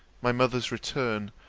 my mother's return,